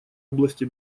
области